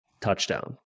touchdown